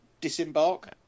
disembark